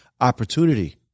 opportunity